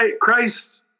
Christ